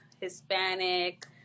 Hispanic